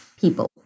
people